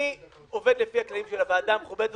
אני עובד לפי הכללים של הוועדה המכובדת